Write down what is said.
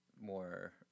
more